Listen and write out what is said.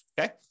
Okay